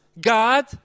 God